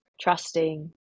trusting